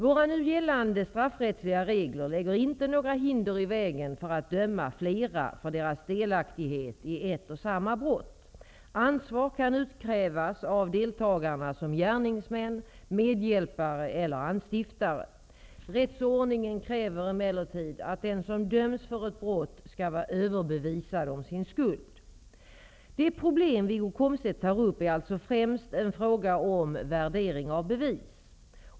Våra nu gällande straffrättsliga regler lägger inte några hinder i vägen för att döma flera för deras delaktighet i ett och samma brott. Ansvar kan utkrävas av deltagarna som gärningsmän, medhjälpare eller anstiftare. Rättsordningen kräver emellertid att den som döms för ett brott skall vara överbevisad om sin skuld. Det problem som Wiggo Komstedt tar upp är alltså främst en fråga om värdering av bevisning.